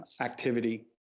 activity